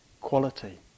quality